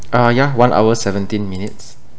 uh yeah one hour seventeen minutes